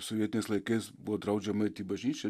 sovietiniais laikais buvo draudžiama eit į bažnyčią